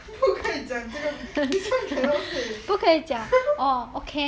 不可以讲这个 this [one] cannot say